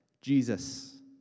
Jesus